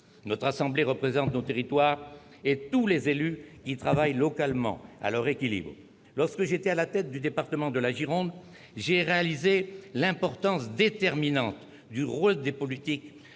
Notre assemblée représente nos territoires et tous les élus qui travaillent localement à leur équilibre. Lorsque j'étais à la tête du département de la Gironde, j'ai réalisé l'importance déterminante du rôle des politiques